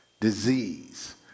disease